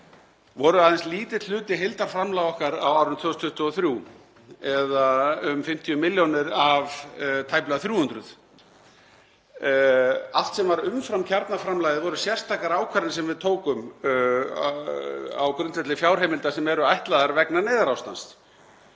voru aðeins lítill hluti heildarframlaga okkar á árinu 2023, eða um 50 millj. kr. af tæplega 300. Allt sem var umfram kjarnaframlagið voru sérstakar ákvarðanir sem við tókum á grundvelli fjárheimilda sem eru ætlaðar vegna neyðarástands.